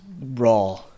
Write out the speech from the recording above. raw